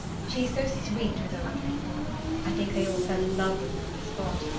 she is so sweet with old people i think they all fell in love with her on the spot.